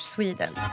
Sweden